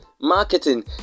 Marketing